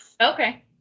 Okay